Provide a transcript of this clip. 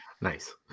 nice